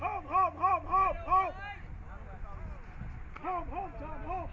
whoa whoa whoa whoa whoa whoa